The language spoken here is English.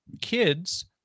kids